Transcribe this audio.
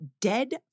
dead